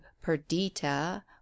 perdita